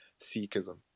Sikhism